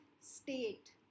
state